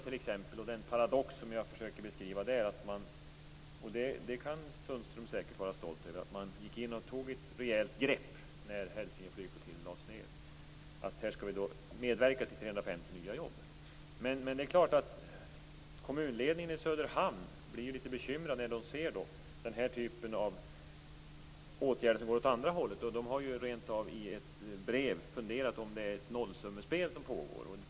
Den paradox i Söderhamn som jag försöker beskriva - och som Sundström säkert kan vara stolt över - är att man gick in och tog ett rejält grepp om situationen när Hälsinge flygflottilj lades ned. Man skall nu medverka till 350 nya jobb. Men det är klart att kommunledningen i Söderhamn blir bekymrad när de ser den här typen av åtgärder som går i motsatt riktning. De har ju rent av i ett brev funderat över om det pågår ett nollsummespel.